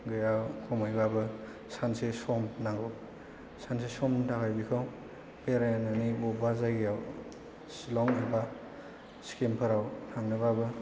बेयाव खमैबाबो सानसे सम नांगौ सानसे समनि थाखाय बेखौ बेरायनानै बबेबा जायगायाव शिलं एबा शिक्किमफोराव थांनोब्लाबो